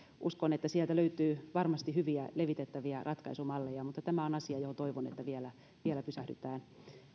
uskon että sieltä löytyy varmasti hyviä levitettäviä ratkaisumalleja mutta tämä on asia johon toivon että vielä vielä pysähdytään